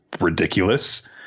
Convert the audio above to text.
ridiculous